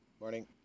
Morning